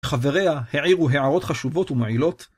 חבריה העירו הערות חשובות ומעילות.